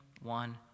One